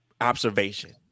observation